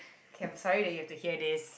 okay I'm sorry that you have to hear this